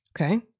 okay